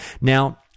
now